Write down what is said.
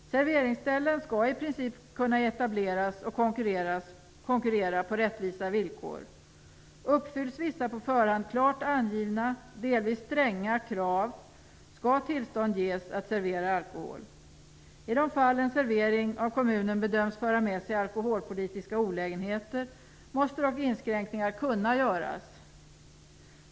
Serveringsställen skall i princip kunna etableras och konkurrera på rättvisa villkor. Uppfylls vissa på förhand klart angivna delvis stränga krav skall tillstånd att servera alkohol ges. I de fall som kommunen bedömer att servering för med sig alkoholpolitiska olägenheter måste dock inskränkningar kunna göras.